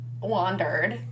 wandered